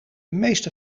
meeste